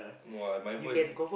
no ah my voice is